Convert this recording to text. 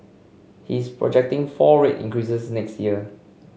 he is projecting four rate increases next year